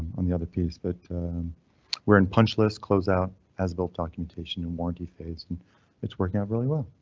on the other piece, but we're in punch list closeout as built documentation in warranty phase and it's working out really well.